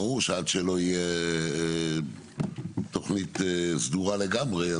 ברור שעד שלא יהיה תוכנית סדורה לגמרי,